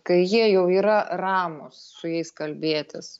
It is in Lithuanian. kai jie jau yra ramūs su jais kalbėtis